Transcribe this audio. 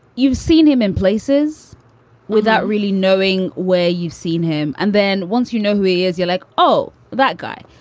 you've seen him in places without really knowing where you've seen him. and then once you know who he is, you're like, oh, that guy.